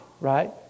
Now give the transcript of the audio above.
right